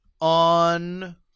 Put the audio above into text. on